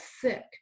sick